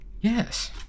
Yes